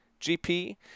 GP